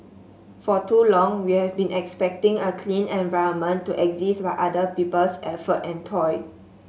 for too long we've been expecting a clean environment to exist by other people's effort and toil